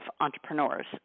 entrepreneurs